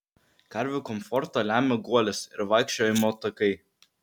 karvių komfortą lemia guolis ir vaikščiojimo takai